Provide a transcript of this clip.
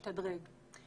ולהשתדרג.